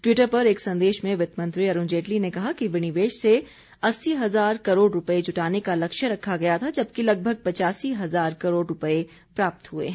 Twitter पर एक संदेश में वित्त मंत्री अरूण जेटली ने कहा कि विनिवेश से अस्सी हजार करोड़ रूपये जुटाने का लक्ष्य रखा गया था जबकि लगभग पचासी हजार करोड़ रूपये प्राप्त हुए हैं